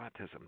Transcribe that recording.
autism